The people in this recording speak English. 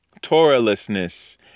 Torahlessness